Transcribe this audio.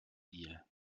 deal